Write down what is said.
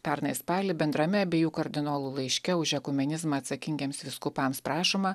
pernai spalį bendrame abiejų kardinolų laiške už ekumenizmą atsakingiems vyskupams prašoma